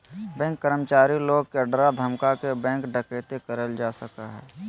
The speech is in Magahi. बैंक कर्मचारी लोग के डरा धमका के बैंक डकैती करल जा सका हय